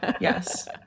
yes